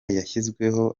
yashyizweho